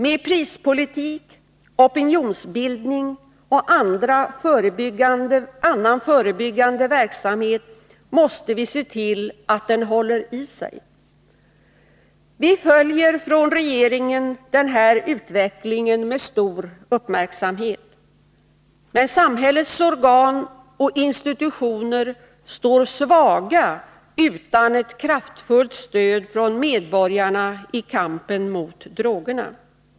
Med prispolitik, opinionsbildning och annan förebyggande verksamhet måste vi se till att den håller i sig. Vi följer från regeringen den här utvecklingen med stor uppmärksamhet. Men samhällets organ och institutioner står svaga utan ett kraftfullt stöd från medborgarna i kampen mot drogerna.